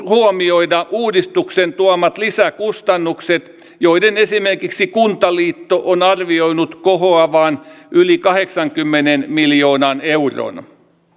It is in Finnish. huomioida uudistuksen tuomat lisäkustannukset joiden esimerkiksi kuntaliitto on arvioinut kohoavan yli kahdeksaankymmeneen miljoonaan euroon